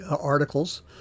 articles